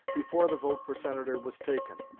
before the vote for senator was taken.